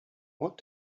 what